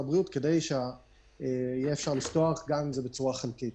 הבריאות כדי שאפשר יהיה לפתוח גם אם בצורה חלקית.